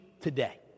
today